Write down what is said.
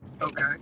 Okay